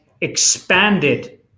expanded